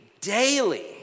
daily